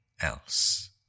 else